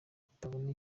tutabona